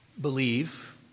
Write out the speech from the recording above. believe